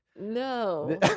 No